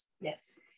yes